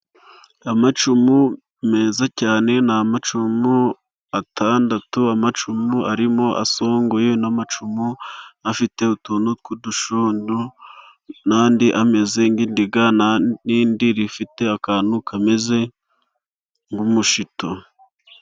Amacumu meza cyane, ni amacumu atandatu; amacumu arimo asongoye, n' amacumu afite utuntu tw' udushundu, n' andi ameze nk' indiga, n'irindi rifite akantu kameze nk' umushito.